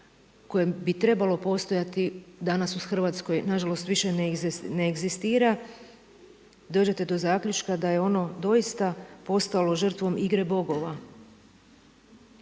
kojem bi trebalo postojati danas u Hrvatskoj nažalost više ne egzistira, dođete do zaključka da je ono doista postalo žrtvom igre bogova